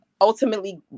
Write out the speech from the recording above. Ultimately